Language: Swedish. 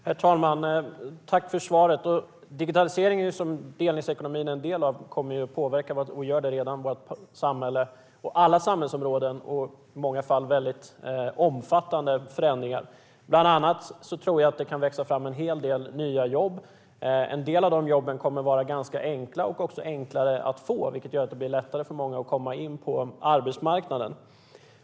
Herr talman! Jag tackar för svaret. Digitaliseringen, som delningsekonomin är en del av, kommer att påverka vårt samhälle och gör redan det. Det gäller alla samhällsområden. I många fall är det väldigt omfattande förändringar. Bland annat tror jag att det kan växa fram en hel del nya jobb. En del av de jobben kommer att vara ganska enkla och också enklare att få, vilket gör att det blir lättare för många att komma in på arbetsmarknaden.